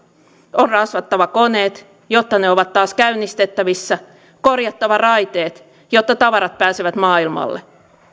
on rasvattava koneet jotta ne ovat taas käynnistettävissä korjattava raiteet jotta tavarat pääsevät maailmalle